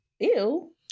Ew